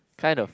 kind of